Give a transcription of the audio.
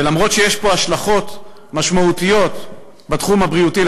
ולמרות שיש פה השלכות משמעותיות בתחום הבריאותי,